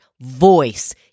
voice